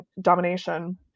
domination